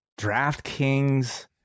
DraftKings